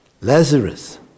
Lazarus